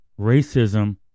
racism